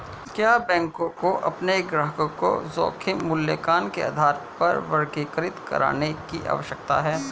क्या बैंकों को अपने ग्राहकों को जोखिम मूल्यांकन के आधार पर वर्गीकृत करने की आवश्यकता है?